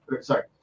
sorry